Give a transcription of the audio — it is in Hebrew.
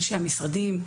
אנשי המשרדים,